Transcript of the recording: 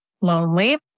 lonely